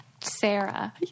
Sarah